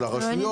של הרשויות,